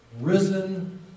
risen